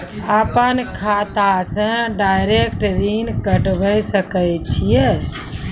अपन खाता से डायरेक्ट ऋण कटबे सके छियै?